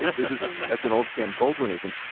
this is that's an old sam goldwyn-ism.